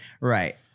Right